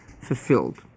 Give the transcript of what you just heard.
fulfilled